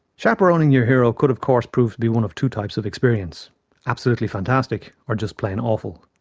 chaperoning your hero could of course prove to be one of two types of experience absolutely fantastic or just plain awful.